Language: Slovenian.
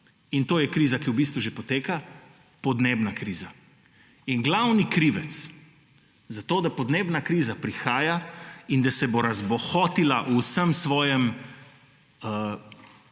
In to je kriza, ki v bistvu že poteka – podnebna kriza. In glavni krivec za to, da podnebna kriza prihaja in da se bo razbohotila v vsej svoji